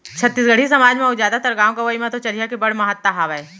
छत्तीसगढ़ी समाज म अउ जादातर गॉंव गँवई तो चरिहा के बड़ महत्ता हावय